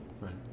Right